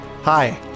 Hi